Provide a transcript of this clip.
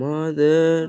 Mother